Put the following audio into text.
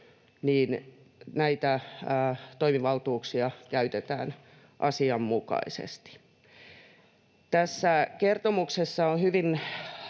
näitä toimivaltuuksia käytetään asianmukaisesti. Tässä kertomuksessa on hyvin